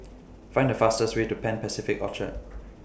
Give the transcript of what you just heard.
Find The fastest Way to Pan Pacific Orchard